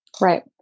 Right